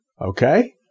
Okay